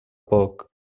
poc